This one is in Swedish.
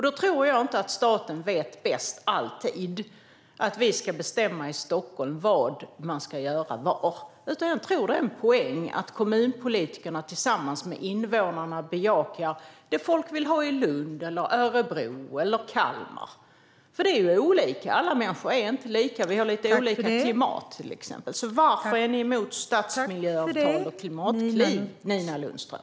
Då tror jag inte att staten alltid vet bäst och att vi i Stockholm ska bestämma vad man ska göra på olika ställen, utan jag tror att det är en poäng att kommunpolitikerna tillsammans med invånarna bejakar det som folk vill ha i Lund, Örebro eller Kalmar. Det ser nämligen olika ut, och alla människor är inte lika. Vi har till exempel lite olika klimat. Så varför är ni emot stadsmiljöavtal och klimatkliv, Nina Lundström?